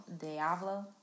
Diablo